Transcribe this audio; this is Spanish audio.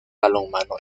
balonmano